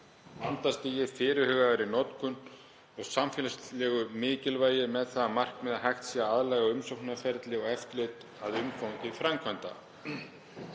vandastigi, fyrirhugaðri notkun og samfélagslegu mikilvægi með það að markmiði að hægt sé að aðlaga umsóknarferli og eftirlit að umfangi framkvæmda.